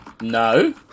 No